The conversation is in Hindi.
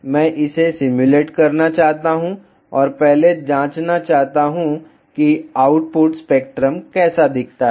मैं इसे सिम्युलेट करना चाहता हूं और पहले जांचना चाहता हूं कि आउटपुट स्पेक्ट्रम कैसा दिखता है